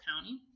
county